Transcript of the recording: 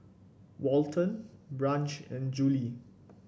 Walton Branch and Juli